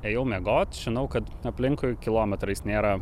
ėjau miegot žinau kad aplinkui kilometrais nėra